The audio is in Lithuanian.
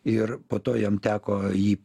ir po to jam teko jį